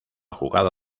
jugada